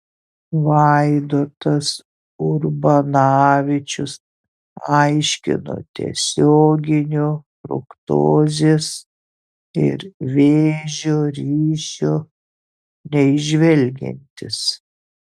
vaidotas urbanavičius aiškino tiesioginio fruktozės ir vėžio ryšio neįžvelgiantis